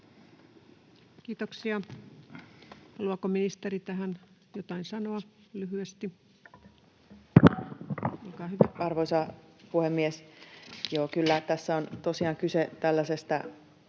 Kiitoksia. — Haluaako ministeri tähän jotain sanoa lyhyesti? — Olkaa hyvä. Arvoisa puhemies! Joo, kyllä tässä on tosiaan kyse tällaisesta